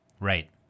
Right